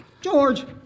George